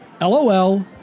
LOL